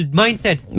mindset